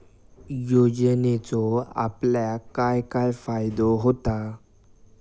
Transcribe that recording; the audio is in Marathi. योजनेचो आपल्याक काय काय फायदो होता?